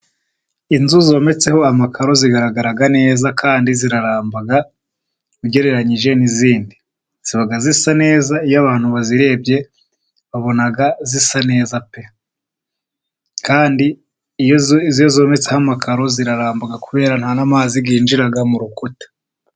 Inzu zometseho amakaro zigaragara neza, kandi ziraramba ugereranyije n'izindi. Ziba zisa neza, iyo abantu bazirebye babona zi neza pe! Kandi iyo zometse ho amagaro ziraramba, kubera nta n'amazi yinjira mu rukuta.